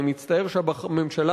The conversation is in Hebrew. אני מצטער שהממשלה